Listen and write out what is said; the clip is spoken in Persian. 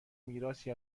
میراثی